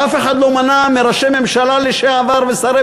ואף אחד לא מנע מראשי ממשלה לשעבר ושרי